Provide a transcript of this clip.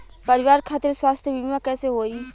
परिवार खातिर स्वास्थ्य बीमा कैसे होई?